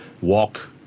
walk